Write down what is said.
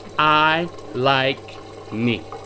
i like me.